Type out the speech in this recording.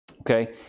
Okay